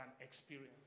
experience